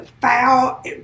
foul